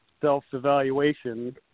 self-evaluation